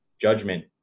judgment